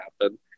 happen